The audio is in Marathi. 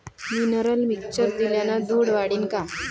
मिनरल मिक्चर दिल्यानं दूध वाढीनं का?